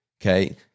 okay